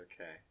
Okay